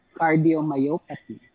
cardiomyopathy